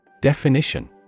Definition